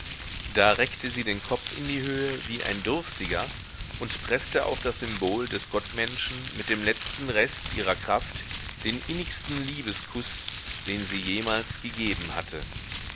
da reckte sie den kopf in die höhe wie ein durstiger und preßte auf das symbol des gott menschen mit dem letzten rest ihrer kraft den innigsten liebeskuß den sie jemals gegeben hatte